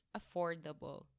affordable